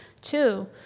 Two